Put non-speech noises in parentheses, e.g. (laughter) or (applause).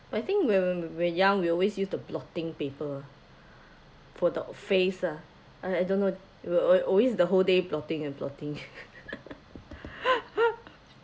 but I think when we were young we always used to blotting paper for the face ah I don't know we'll al~ always the whole day blotting and blotting (laughs)